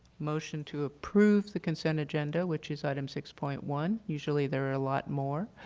motion to approve the consent agenda, which is item six point one usually there are a lot more.